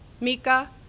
Mika